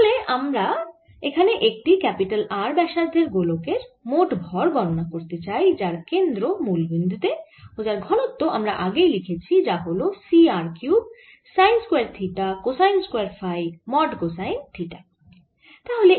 তাহলে এখানে আমরা একটি R ব্যাসার্ধের গোলক এর মোট ভর গণনা করতে চাই যার কেন্দ্র মুল বিন্দু তে ও যার ঘনত্ব আমরা আগেই লিখেছি যা হল C r cube sine square theta cosine square phi mod cosine theta